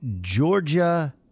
Georgia